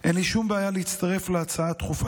אין לי שום בעיה להצטרף להצעה הדחופה